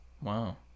Wow